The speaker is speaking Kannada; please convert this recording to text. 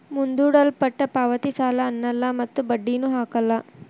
ಮುಂದೂಡಲ್ಪಟ್ಟ ಪಾವತಿ ಸಾಲ ಅನ್ನಲ್ಲ ಮತ್ತು ಬಡ್ಡಿನು ಹಾಕಲ್ಲ